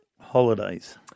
Holidays